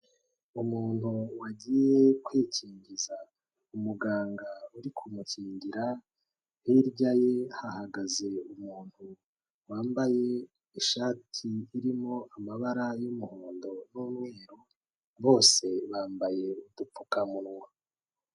Umuntu wagiye kwikingiza. Umuganga uri kumukingira, hirya ye hahagaze umuntu wambaye ishati irimo amabara y'umuhondo n'umweru, bose bambaye udupfukamunwa.